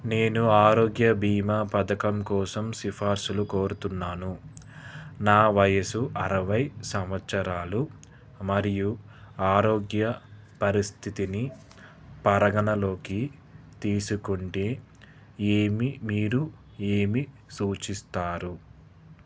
నేను ఆరోగ్య భీమా పథకం కోసం సిఫార్సులు కోరుతున్నాను నా వయస్సు అరవై సంవత్సరాలు మరియు ఆరోగ్య పరిస్థితిని పరిగణనలోకి తీసుకుంటే ఏమి మీరు ఏమి సూచిస్తారు